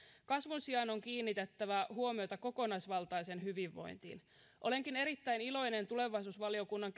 kasvun sijaan on kiinnitettävä huomiota kokonaisvaltaiseen hyvinvointiin olenkin erittäin iloinen tulevaisuusvaliokunnan